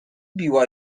biła